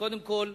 קודם כול,